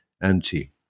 anti